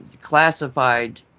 classified